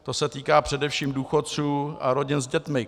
To se týká především důchodců a rodin s dětmi.